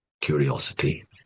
curiosity